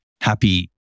happy